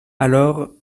alors